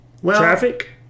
Traffic